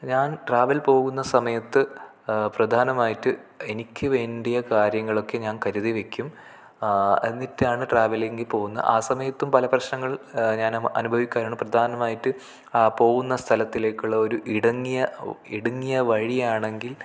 ഞാൻ ട്രാവൽ പോകുന്ന സമയത്ത് പ്രധാനമായിട്ട് എനിക്ക് വേണ്ടിയ കാര്യങ്ങളൊക്കെ ഞാൻ കരുതി വെക്കും എന്നിട്ടാണ് ട്രാവെല്ലിങ്ങിനു പോകുന്നത് ആ സമയത്തും പല പ്രശ്നങ്ങൾ ഞാൻ അനുഭവിക്കാറുണ്ട് പ്രധാനമായിട്ട് പോകുന്ന സ്ഥലത്തിലേക്കുള്ള ഒരു ഇടുങ്ങിയ ഒ ഇടുങ്ങിയ വഴിയാണെങ്കിൽ